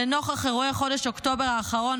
לנוכח אירועי חודש אוקטובר האחרון